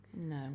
no